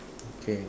okay